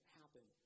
happen